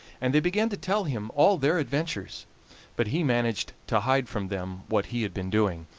and they began to tell him all their adventures but he managed to hide from them what he had been doing,